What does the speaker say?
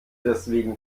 deswegen